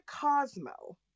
cosmo